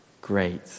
great